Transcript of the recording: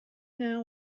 now